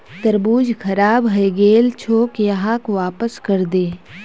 तरबूज खराब हइ गेल छोक, यहाक वापस करे दे